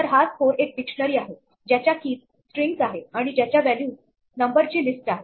तर हा स्कोरएक डिक्शनरीआहे ज्याच्या कीज स्ट्रिंगज़strings सूत्र आहे आणि ज्याच्या व्हॅल्यूज नंबर ची लिस्ट आहे